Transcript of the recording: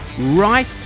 right